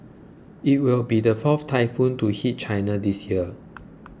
it will be the fourth typhoon to hit China this year